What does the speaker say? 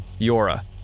Yora